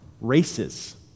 races